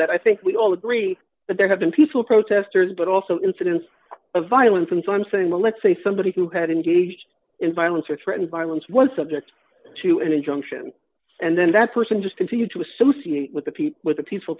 that i think we all agree that there have been peaceful protesters but also incidents of violence and so i'm saying let's say somebody who had engaged in violence or threatened violence was subject to an injunction and then that person just continued to associate with the people with the peaceful